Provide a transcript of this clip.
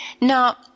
Now